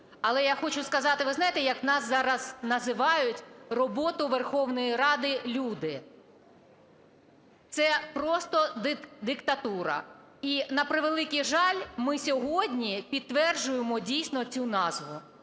Але я хочу сказати, ви знаєте, як в нас зараз називають роботу Верховної Ради люди? Це просто диктатура. І, на превеликий жаль, ми сьогодні підтверджуємо дійсно цю назву.